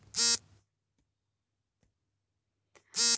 ಐದು ದೊಡ್ಡ ಸಮಾಜಶಾಸ್ತ್ರೀಯ ಪ್ರಶ್ನೆಗಳು ಯಾವುವು?